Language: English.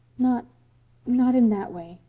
not not in that way.